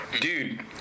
dude